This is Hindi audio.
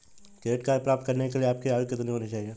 क्रेडिट कार्ड प्राप्त करने के लिए आपकी आयु कितनी होनी चाहिए?